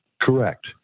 Correct